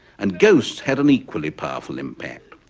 and ghosts had an equally powerful impact.